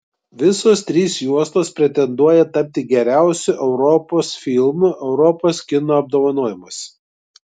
visos trys juostos pretenduoja tapti geriausiu europos filmu europos kino apdovanojimuose